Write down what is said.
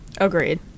Agreed